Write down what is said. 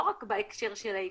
לא רק בהקשר של האיכונים.